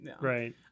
right